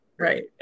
right